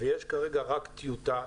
ויש כרגע רק טיוטה.